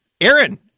Aaron